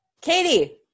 Katie